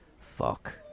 fuck